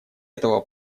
этого